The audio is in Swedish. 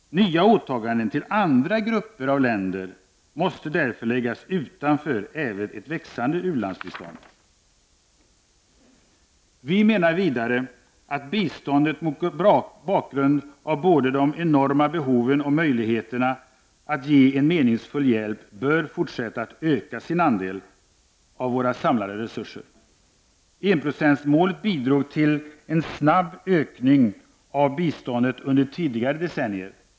Nya åtaganden till andra grupper av länder måste därför läggas utanför även ett växande u-landsbistånd. Vi i folkpartiet menar vidare att biståndet, mot bakgrund av både de enorma behoven och möjligheterna att ge en meningsfull hjälp, bör fortsätta att öka sin andel av våra samlade resurser. Enprocentsmålet bidrog till en snabb ökning av biståndet under tidigare decennier.